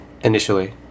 Initially